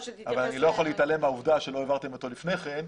אבל אני לא יכול להתעלם מהעובדה שלא העברתם אותו לפני כן.